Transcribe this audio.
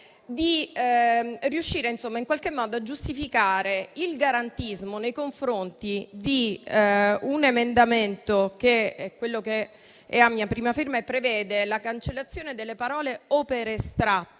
di giustificare il garantismo nei confronti dell'emendamento 4.4, a mia prima firma, che prevede la cancellazione delle parole: «o per estratto»